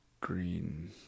Green